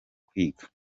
kwiga